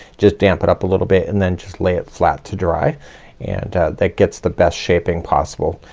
just dampen up a little bit and then just lay it flat to dry and that gets the best shaping possible.